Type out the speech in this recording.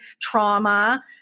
trauma